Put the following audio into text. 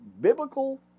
biblical